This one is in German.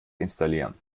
installieren